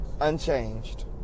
unchanged